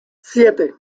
siete